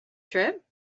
trip